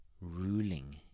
ruling